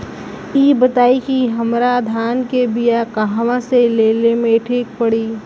इ बताईं की हमरा धान के बिया कहवा से लेला मे ठीक पड़ी?